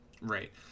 Right